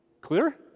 Clear